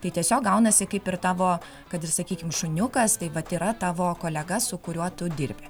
tai tiesiog gaunasi kaip ir tavo kad ir sakykim šuniukas tai vat yra tavo kolega su kuriuo tu dirbi